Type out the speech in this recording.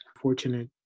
fortunate